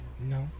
No